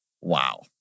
Wow